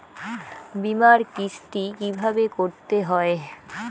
বিমার কিস্তি কিভাবে করতে হয়?